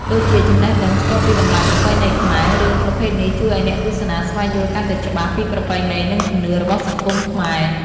ដូចជា ចំណេះដឹងស្គាល់ពីតម្លៃប្រពៃណីខ្មែរ រឿងប្រភេទនេះជួយឱ្យអ្នកទស្សនាស្វែងយល់កាន់តែច្បាស់ពីប្រពៃណី និងជំនឿរបស់សង្គមខ្មែរ។